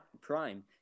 prime